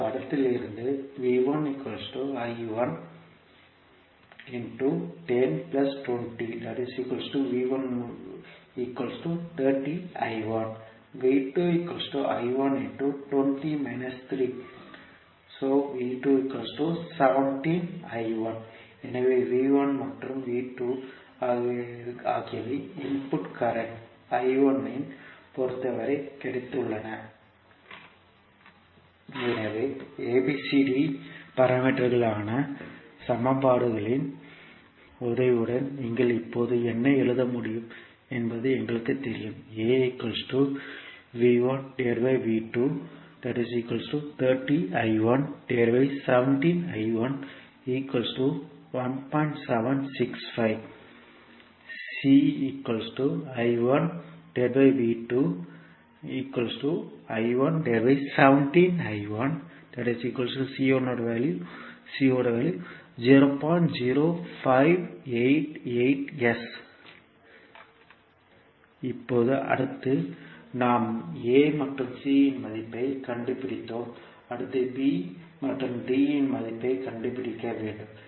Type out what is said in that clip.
இந்த படத்திலிருந்து எனவே மற்றும் ஆகியவை இன்புட் கரண்ட் ஐப் பொறுத்தவரை கிடைத்துள்ளன எனவே ABCD பாராமீட்டர்களுக்கான சமன்பாடுகளின் உதவியுடன் நீங்கள் இப்போது என்ன எழுத முடியும் என்பது எங்களுக்குத் தெரியும் இப்போது அடுத்து நாம் A மற்றும் C இன் மதிப்பைக் கண்டுபிடித்தோம் அடுத்து B மற்றும் D இன் மதிப்பைக் கண்டுபிடிக்க வேண்டும்